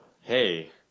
Hey